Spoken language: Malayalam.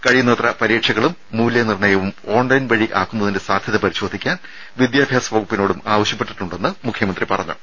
കഴിയുന്നത്ര പരീക്ഷകളും മൂല്യനിർണ്ണയവും ഓൺലൈൻ വഴി ആക്കുന്നതിന്റെ സാധ്യത പരിശോധിക്കാൻ വിദ്യാഭ്യാസ വകുപ്പിനോടും ആവശ്യപ്പെട്ടിട്ടുണ്ടെന്ന് മുഖ്യമന്ത്രി പറഞ്ഞു